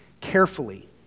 carefully